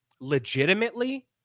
legitimately